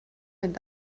and